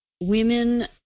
women